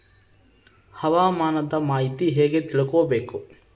ಹವಾಮಾನದ ಮಾಹಿತಿ ಹೇಗೆ ತಿಳಕೊಬೇಕು?